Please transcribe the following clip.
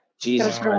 Jesus